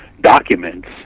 documents